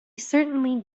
certainly